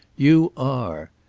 you are.